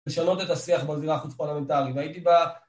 לשנות את השיח בזירה החוץ פולמנטרית, והייתי ב...